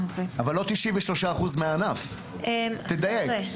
אבל לא 93% מהענף, תדייק.